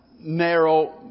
narrow